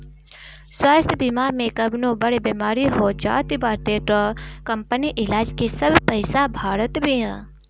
स्वास्थ्य बीमा में कवनो बड़ बेमारी हो जात बाटे तअ कंपनी इलाज के सब पईसा भारत बिया